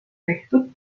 tehtud